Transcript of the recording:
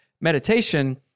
Meditation